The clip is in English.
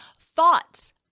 Thoughts